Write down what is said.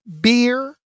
beer